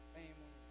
family